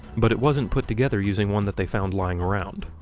but it wasn't put together using one that they found lying around.